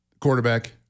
quarterback